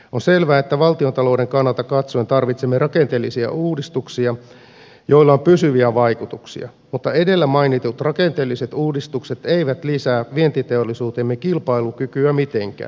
on selvää että valtiontalouden kannalta katsoen tarvitsemme rakenteellisia uudistuksia joilla on pysyviä vaikutuksia mutta edellä mainitut rakenteelliset uudistukset eivät lisää vientiteollisuutemme kilpailukykyä mitenkään